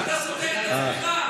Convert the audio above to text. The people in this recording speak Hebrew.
אתה סותר את עצמך.